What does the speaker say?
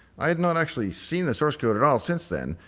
i had not actually seen the source code at all since then,